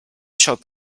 schock